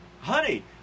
Honey